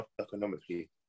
economically